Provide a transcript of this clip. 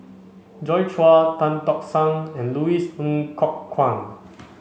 Joi Chua Tan Tock San and Louis Ng Kok Kwang